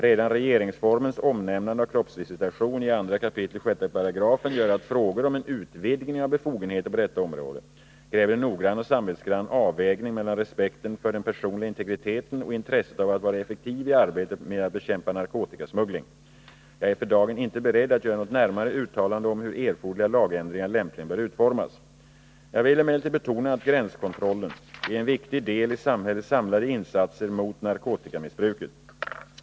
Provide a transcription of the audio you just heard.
Redan regeringsformens omnämnande av kroppsvisitation gör att frågor om en utvidgning av befogenheter på detta område kräver en noggrann och samvetsgrann avvägning mellan respekten för den personliga integriteten och intresset av att vara effektiv i arbetet med att bekämpa narkotikasmuggling. Jag är för dagen inte beredd att göra något närmare uttalande om hur erforderliga lagändringar lämpligen bör utformas. Jag vill emellertid betona att gränskontrollen är en viktig del i samhällets samlade insatser mot narkotikamissbruket.